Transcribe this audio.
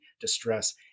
distress